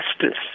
justice